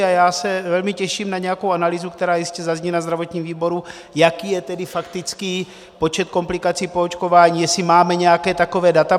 A já se velmi těším na nějakou analýzu, která jistě zazní na zdravotním výboru, jaký je tedy faktický počet komplikací po očkování, jestli máme nějaká taková data.